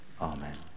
Amen